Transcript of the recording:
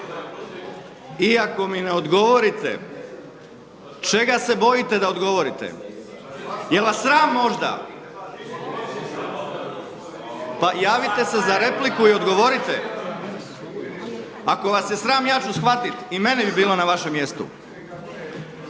Iako mi ne odgovorite, čega se bojite da odgovorite? Je li vas sram možda? Pa javite se za repliku pa odgovorite. Ako vas je sram ja ću shvatiti i mene bi bilo na vašem mjestu.